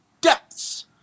depths